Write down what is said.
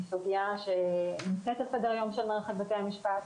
היא סוגייה שנמצאת על סדר היום של מערכת בתי המשפט.